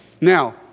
Now